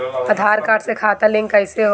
आधार card से खाता link कईसे होई?